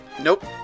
Nope